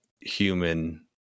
human